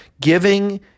Giving